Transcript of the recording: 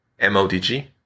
MODG